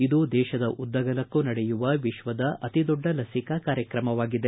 ಇದು ದೇಶದ ಉದ್ದಗಲಕ್ಕೂ ನಡೆಯುವ ವಿಶ್ವದ ಅತಿದೊಡ್ಡ ಲಸಿಕಾ ಕಾರ್ಯಕ್ರಮವಾಗಿದೆ